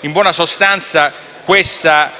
In buona sostanza,